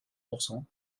pourcent